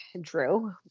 drew